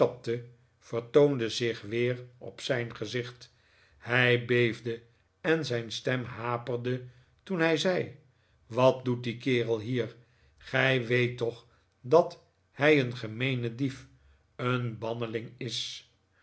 vertoonde zich weer op zijn gezicht hij beefde en zijn stem haperde toen hij zei wat doet die kerel hier gij weet toch dat hij een gemeene diet een banneling is